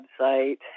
website